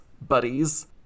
buddies